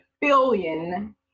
billion